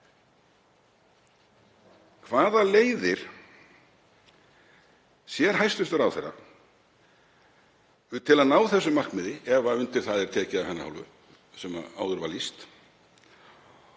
Hvaða leiðir sér hæstv. ráðherra til að ná þessu markmiði, ef undir það er tekið af hennar hálfu sem áður var lýst?